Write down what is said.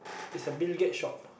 it's a Bill-Gate shop